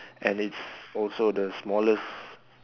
and it's also the smallest